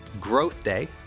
GrowthDay